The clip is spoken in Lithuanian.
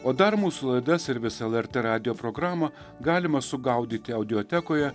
o dar mūsų laidas ir visą elertė radijo programą galima sugaudyti audiotekoje